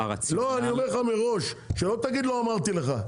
אני אומר לך מראש, שלא תגיד שלא אמרתי לך.